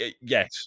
Yes